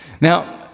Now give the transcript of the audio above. Now